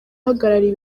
uhagarariye